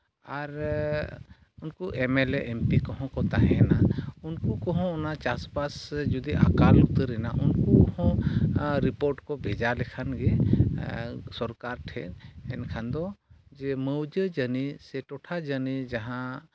ᱟᱨ ᱩᱱᱠᱩ ᱮᱢᱮᱞᱮ ᱮᱢᱯᱤ ᱠᱚᱦᱚᱸ ᱠᱚ ᱛᱟᱦᱮᱱᱟ ᱩᱱᱠᱩ ᱠᱚᱦᱚᱸ ᱚᱱᱟ ᱪᱟᱥᱵᱟᱥ ᱡᱩᱫᱤ ᱚᱱᱟ ᱟᱠᱟᱞ ᱩᱛᱟᱹᱨᱮᱱᱟ ᱩᱱᱠᱩ ᱦᱚᱸ ᱨᱤᱯᱳᱴ ᱠᱚ ᱵᱷᱮᱡᱟ ᱞᱮᱠᱷᱟᱱ ᱜᱮ ᱥᱚᱨᱠᱟᱨ ᱴᱷᱮᱱ ᱮᱱᱠᱷᱟᱱ ᱫᱚ ᱡᱮ ᱢᱟᱹᱣᱡᱟᱹ ᱡᱟᱹᱱᱤᱡᱽ ᱥᱮ ᱴᱚᱴᱷᱟ ᱡᱟᱹᱱᱤᱡᱽ ᱡᱟᱦᱟᱸ